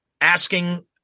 asking